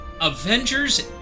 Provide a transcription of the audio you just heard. Avengers